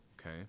okay